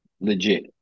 Legit